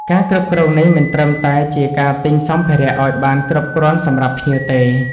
ការគ្រប់គ្រងនេះមិនត្រឹមតែជាការទិញសំភារៈឲ្យបានគ្រប់គ្រាន់សម្រាប់ភ្ញៀវទេ